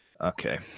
Okay